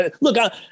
look